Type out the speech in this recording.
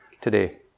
today